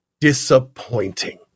disappointing